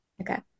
Okay